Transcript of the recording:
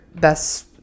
best